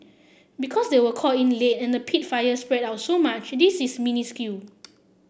because they were called in late and the peat fire spread out so much this is minuscule